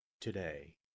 today